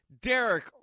Derek